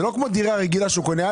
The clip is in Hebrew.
זה לא כמו דירה רגילה שהוא קונה.